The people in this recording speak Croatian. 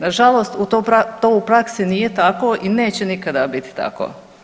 Na žalost to u praksi nije tako i neće nikada biti tako.